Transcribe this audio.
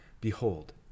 Behold